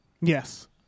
Yes